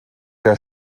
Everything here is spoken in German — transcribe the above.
der